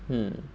हं